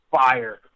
fire